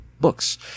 books